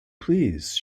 please